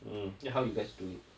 mm then how you guys do it